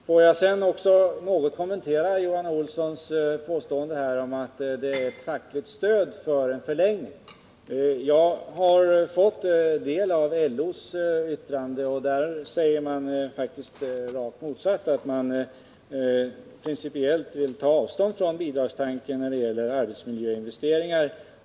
Får jag sedan kommentera Johan Olssons påstående om att det föreligger fackligt stöd för en förlängning. Jag har fått del av LO:s yttrande och där säger man det rakt motsatta. Principiellt vill man ta avstånd från bidragstanken när det gäller arbetsmiljöinvesteringar.